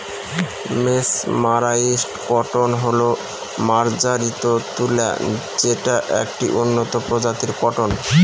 mesmerised cotton হল মার্জারিত তুলা যেটা একটি উন্নত প্রজাতির কটন